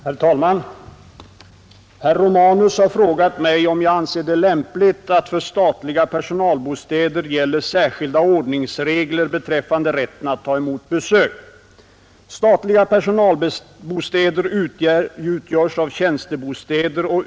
Herr talman! Herr Romanus har frågat mig om jag anser det lämpligt att för statliga personalbostäder gäller särskilda ordningsregler beträffande rätten att ta emot besök.